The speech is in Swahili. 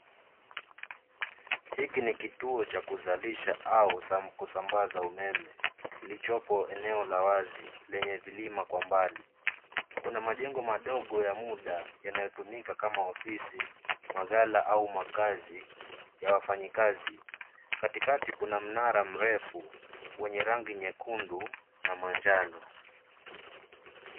Hiki ni kituo cha kuzalisha au kusambaza umeme, kilichopo eneo la wazi lenye vilima kwa mbali. Kuna majengo madogo ya muda yanayotumika kama ofisi, maghala au makazi ya wafanyakazi. Katikati kuna mnara mrefu, wenye rangi nyekundu na manjano.